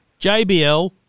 JBL